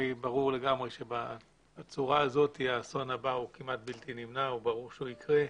ברור לגמרי שבצורה הזו האסון הבא הוא כמעט בלתי נמנע וברור שיקרה.